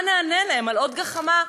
מה נענה להם, על עוד גחמה?